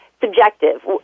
subjective